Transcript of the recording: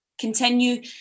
continue